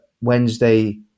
Wednesday